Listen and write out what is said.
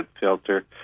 filter